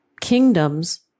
kingdoms